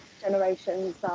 generations